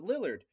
Lillard